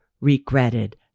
regretted